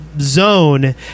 zone